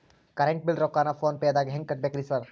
Current bill ರೊಕ್ಕಾನ phone ಪೇದಾಗ ಹೆಂಗ್ ಕಟ್ಟಬೇಕ್ರಿ ಸರ್?